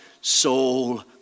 soul